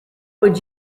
would